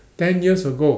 ten years ago